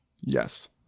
Yes